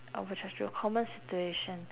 over charged to a common situation